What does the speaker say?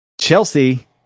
Chelsea